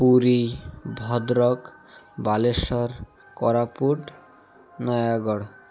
Puri Bhadrak Balasore Koraput Nayagarh